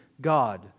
God